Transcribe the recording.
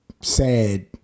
sad